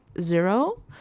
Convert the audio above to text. zero